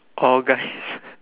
or guys